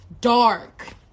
dark